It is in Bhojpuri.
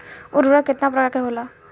उर्वरक केतना प्रकार के होला?